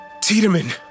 Tiedemann